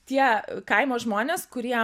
tie kaimo žmonės kurie